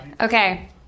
Okay